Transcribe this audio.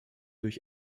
durch